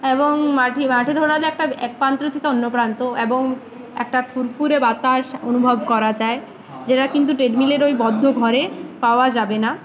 এবং মাঠে মাঠে দৌড়ালে একটা এক প্রান্ত থেকে অন্য প্রান্ত এবং একটা ফুরফুরে বাতাস অনুভব করা যায় যেটা কিন্তু ট্রেডমিলের ওই বদ্ধ ঘরে পাওয়া যাবে না